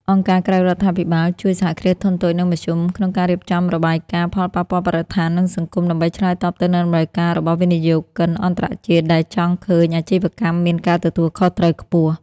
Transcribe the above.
អង្គការក្រៅរដ្ឋាភិបាលជួយ សហគ្រាសធុនតូច និងមធ្យម ក្នុងការរៀបចំរបាយការណ៍ផលប៉ះពាល់បរិស្ថាន និងសង្គម ដើម្បីឆ្លើយតបទៅនឹងតម្រូវការរបស់វិនិយោគិនអន្តរជាតិដែលចង់ឃើញអាជីវកម្មមានការទទួលខុសត្រូវខ្ពស់។